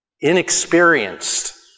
inexperienced